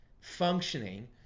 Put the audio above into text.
functioning